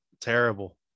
terrible